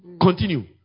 continue